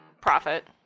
profit